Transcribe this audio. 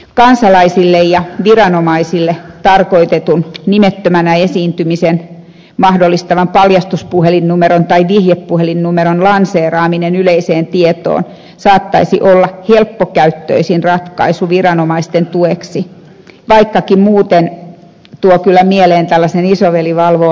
kansalaisille ja viranomaisille tarkoitetun nimettömän esiintymisen mahdollistavan paljastuspuhelinnumeron tai vihjepuhelinnumeron lanseeraaminen yleiseen tietoon saattaisi olla helppokäyttöisin ratkaisu viranomaisten tueksi vaikkakin muuten se tuo kyllä mieleen tällaisen isoveli valvoo aikakauden